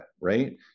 right